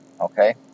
okay